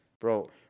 Bro